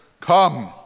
come